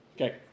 Okay